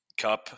Cup